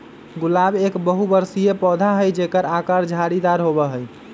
गुलाब एक बहुबर्षीय पौधा हई जेकर आकर झाड़ीदार होबा हई